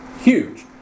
huge